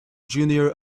junior